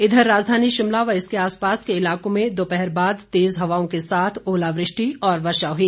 इधर राजधानी शिमला व इसके आसपास के इलाकों में दोपहर बाद तेज हवाओं के साथ ओलावृष्टि और वर्षा हुई